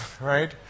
right